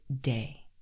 day